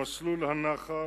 במסלול הנח"ל,